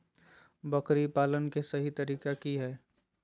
बकरी पालन के सही तरीका की हय?